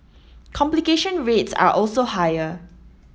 complication rates are also higher